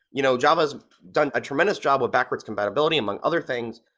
you know java has done a tremendous job of backwards compatibility, among other things,